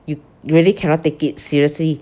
you really cannot take it seriously